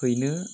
हैनो